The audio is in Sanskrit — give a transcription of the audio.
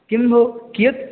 किं भोः कियत्